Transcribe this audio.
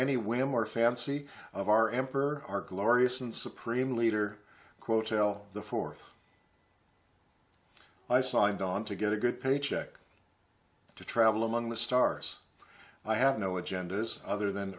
any women or fancy of our emperor our glorious and supreme leader quote tell the fourth i signed on to get a good paycheck to travel among the stars i have no agendas other than